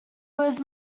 was